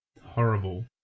horrible